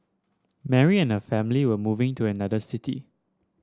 Mary and her family were moving to another city